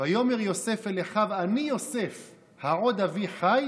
"ויאמר יוסף אל אחיו אני יוסף העוד אבי חי